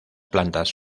plantas